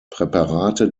präparate